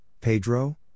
Pedro